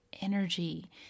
Energy